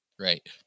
Right